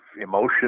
emotion